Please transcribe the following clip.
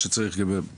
להתקדם עוד הרבה.